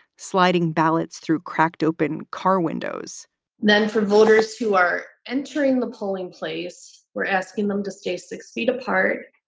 sliding ballots through cracked open car windows then for voters who are entering the polling place, we're asking them to stay six feet apart.